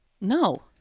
No